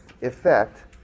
effect